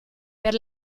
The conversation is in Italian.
per